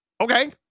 okay